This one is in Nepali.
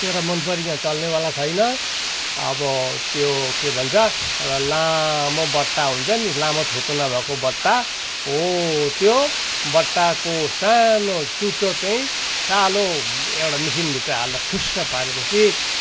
तेरो मनपरी यहाँ चल्नेवाला छैन अब त्यो के भन्छ एउटा लामो बट्टा हुन्छ नि लामो थुतुना भएको बट्टा हो त्यो बट्टाको सानो चुच्चो चाहिँ सालो एउटा मिसिनभित्र हाल्दा छुस्स पारेपछि